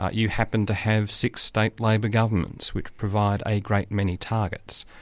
ah you happen to have six state labor governments, which provide a great many targets.